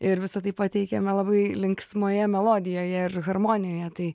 ir visa tai pateikiame labai linksmoje melodijoje ir harmonijoje tai